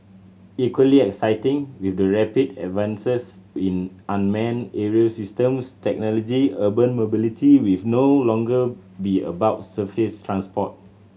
equally exciting with the rapid advances in unmanned aerial systems technology urban mobility will no longer be about surface transport